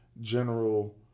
general